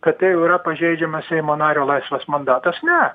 kad tai jau yra pažeidžiamas seimo nario laisvas mandatas ne